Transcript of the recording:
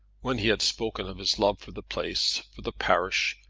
when he had spoken of his love for the place for the parish,